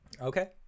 Okay